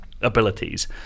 abilities